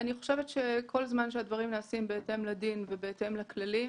כל זמן שהדברים נעשים בהתאם לדין ובהתאם לכללים.